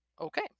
okay